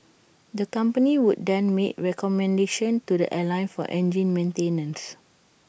the company would then make recommendations to the airline for engine maintenance